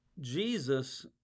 Jesus